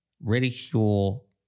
ridicule